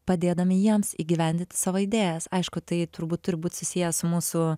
padėdami jiems įgyvendinti savo idėjas aišku tai turbūt turi būt susiję su mūsų